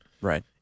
Right